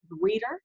Reader